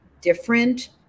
different